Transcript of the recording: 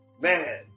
man